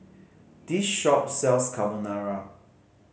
this shop sells Carbonara